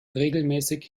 regelmäßig